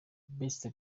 best